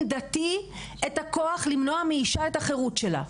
דתי את הכוח למנוע מאישה את החירות שלה.